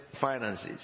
finances